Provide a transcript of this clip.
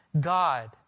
God